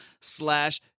slash